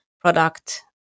Product